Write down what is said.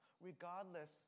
regardless